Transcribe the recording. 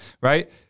right